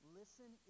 listen